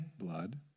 blood